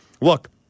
look